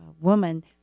woman